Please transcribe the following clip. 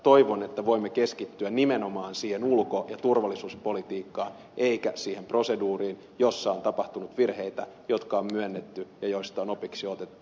toivon että voimme keskittyä nimenomaan siihen ulko ja turvallisuuspolitiikkaan eikä siihen proseduuriin jossa on tapahtunut virheitä jotka on myönnetty ja joista on opiksi otettu